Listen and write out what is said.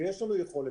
ויש לנו יכולת.